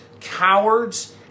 cowards